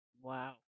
Wow